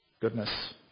goodness